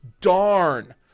darn